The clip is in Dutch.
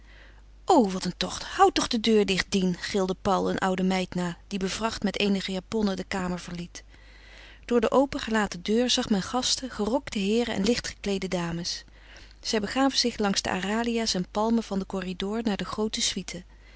o wat een tocht hoû toch de deur dicht dien gilde paul een oude meid na die bevracht met eenige japonnen de kamer verliet door de open gelaten deur zag men gasten gerokte heeren en licht gekleede dames zij begaven zich langs de aralia's en palmen van den corridor naar de groote